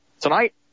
tonight